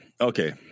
Okay